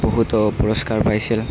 বহুতো পুৰস্কাৰ পাইছিল